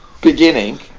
beginning